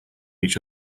each